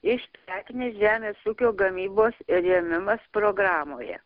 iš prekinės žemės ūkio gamybos rėmimas programoje